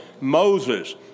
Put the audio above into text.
Moses